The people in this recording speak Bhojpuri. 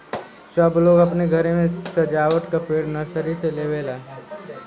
सब लोग अपने घरे मे सजावत के पेड़ नर्सरी से लेवला